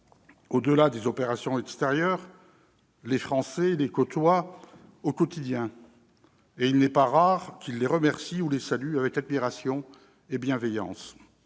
Au-delà des opérations extérieures, les Français les côtoient au quotidien et il n'est pas rare qu'ils les remercient ou les saluent avec admiration et bienveillance.